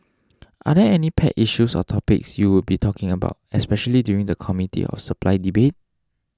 are there any pet issues or topics you would be talking about especially during the Committee of Supply debate